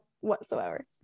whatsoever